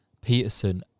Peterson